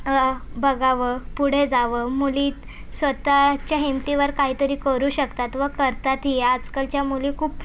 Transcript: बघावं पुढे जावं मुली स्वतःच्या हिमतीवर काहीतरी करू शकतात व करतातही आजकालच्या मुली खूप